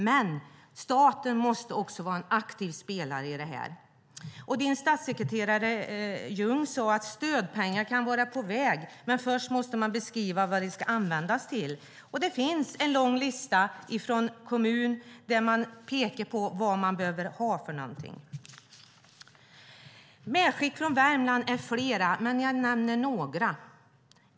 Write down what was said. Men staten måste också vara en aktiv spelare i detta. Annie Lööfs statssekretare Ljung sade att stödpengar kan vara på väg men att man först måste beskriva vad de ska användas till. Det finns en lång lista från kommunen där man pekar på vad man behöver ha. Det finns flera medskick från Värmland, men jag ska nämna några.